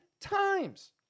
times